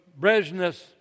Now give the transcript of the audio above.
Brezhnev